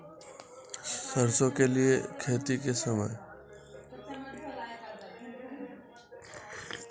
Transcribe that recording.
सरसों की खेती के लिए समय?